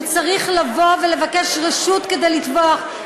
הוא צריך לבוא ולבקש רשות כדי לטווח,